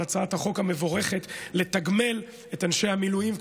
על הצעת החוק המבורכת לתגמל את אנשי המילואים.